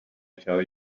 tell